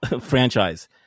franchise